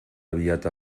aviat